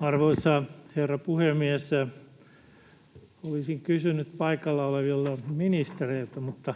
Arvoisa herra puhemies! Olisin kysynyt paikalla olevilta ministereiltä, mutta